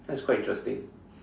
that's quite interesting